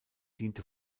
diente